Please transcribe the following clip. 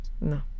No